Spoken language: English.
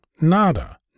Nada